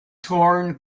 torn